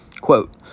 Quote